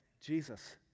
Jesus